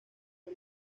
era